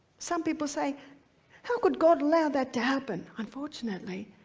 some people say how could god allow that to happen? unfortunately,